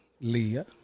Leah